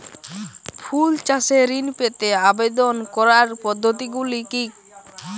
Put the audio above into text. ফুল চাষে ঋণ পেতে আবেদন করার পদ্ধতিগুলি কী?